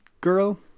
girl